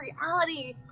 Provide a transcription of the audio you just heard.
reality